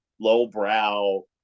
lowbrow